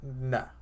Nah